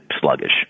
sluggish